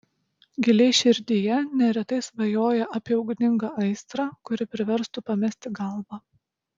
giliai širdyje neretai svajoja apie ugningą aistrą kuri priverstų pamesti galvą